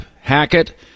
Hackett